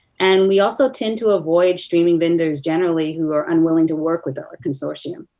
and we also tend to avoid streaming vendors generally who are unwilling to work with our consortium.